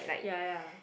ya ya